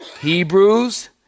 Hebrews